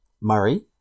Murray